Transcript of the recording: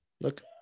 Look